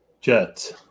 Jets